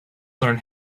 learned